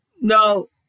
No